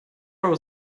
row